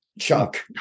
Chuck